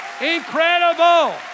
Incredible